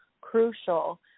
crucial